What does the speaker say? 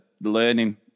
learning